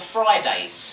Fridays